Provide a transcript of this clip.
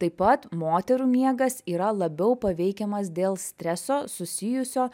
taip pat moterų miegas yra labiau paveikiamas dėl streso susijusio